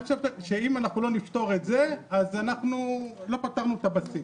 אם לא נפתור את זה, אז לא פתרנו את הבסיס.